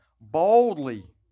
boldly